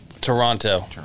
Toronto